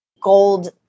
gold